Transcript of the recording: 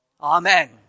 Amen